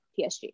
PSG